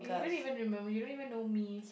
you don't even remember you don't even know me so